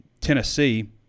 Tennessee